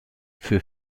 für